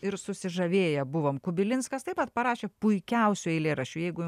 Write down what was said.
ir susižavėję buvom kubilinskas taip pat parašė puikiausių eilėraščių jeigu